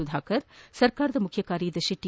ಸುಧಾಕರ್ ಸರ್ಕಾರದ ಮುಖ್ಯ ಕಾರ್ಯದರ್ತಿ ಟಿ